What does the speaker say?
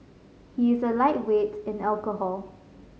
he is a lightweight in alcohol